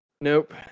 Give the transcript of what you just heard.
Nope